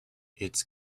its